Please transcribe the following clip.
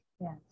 Yes